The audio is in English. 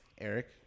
Eric